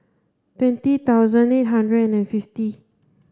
twenty thousand eight hundred and fifty